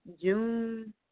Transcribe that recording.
June